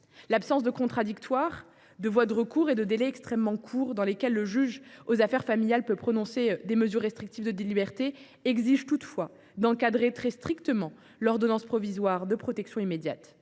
L’absence de contradictoire et de voie de recours et le délai extrêmement court dans lequel le juge aux affaires familiales peut prononcer des mesures restrictives de liberté exigent toutefois d’encadrer très strictement l’ordonnance provisoire de protection immédiate.